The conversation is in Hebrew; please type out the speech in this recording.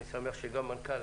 אני שמח שנמצא איתנו מנכ"ל